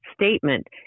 statement